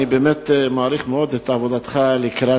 אני באמת מעריך מאוד את עבודתך לקראת